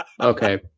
Okay